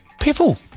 people